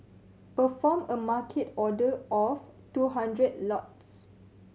perform a Market order of two hundred lots